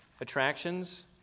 attractions